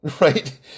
right